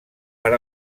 per